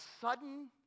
sudden